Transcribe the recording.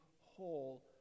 whole